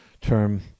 term